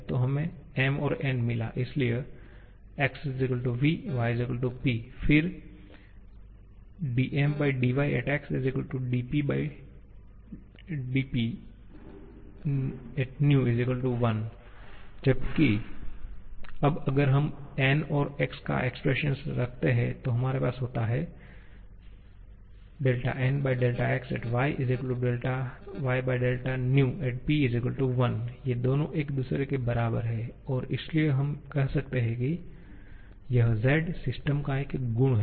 तो हमें M और N मिला इसलिए x ≡ v y ≡ P फिर Myx PPv 1 जबकि अब अगर हम N और x का एक्सप्रेशन रखते हैं तो हमारे पास होता हैं Nxy vvp 1 ये दोनों एक दूसरे के बराबर हैं और इसलिए हम कह सकते हैं कि यह z सिस्टम का एक गुण है